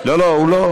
לא, לא.